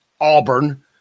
Auburn